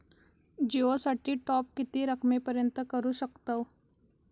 जिओ साठी टॉप किती रकमेपर्यंत करू शकतव?